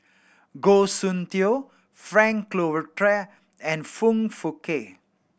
Goh Soon Tioe Frank Cloutier and Foong Fook Kay